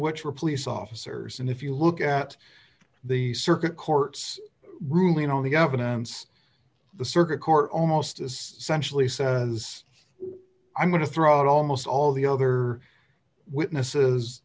which were police officers and if you look at the circuit court ruling on the evidence the circuit court almost as sensually says i'm going to throw out almost all the other witnesses